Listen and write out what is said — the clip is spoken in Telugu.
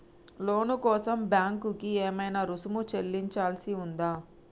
లోను కోసం బ్యాంక్ కి ఏమైనా రుసుము చెల్లించాల్సి ఉందా?